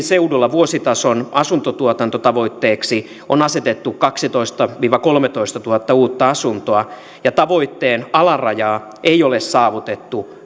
seudulla vuositason asuntotuotantotavoitteeksi on asetettu kaksitoistatuhatta viiva kolmetoistatuhatta uutta asuntoa ja tavoitteen alarajaa ei ole saavutettu